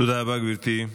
תודה רבה, גברתי.